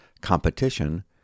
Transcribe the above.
competition